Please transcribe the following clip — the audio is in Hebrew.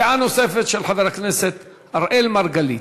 דעה נוספת של חבר הכנסת אראל מרגלית.